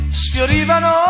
sfiorivano